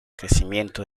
crecimiento